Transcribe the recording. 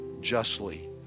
justly